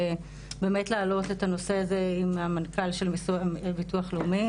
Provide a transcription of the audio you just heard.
באמת להעלות את הנושא הזה עם המנכ"ל של ביטוח לאומי.